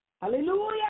Hallelujah